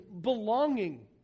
belonging